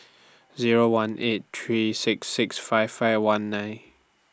Zero one eight three six six five five one nine